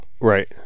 right